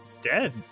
dead